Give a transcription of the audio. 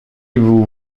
vous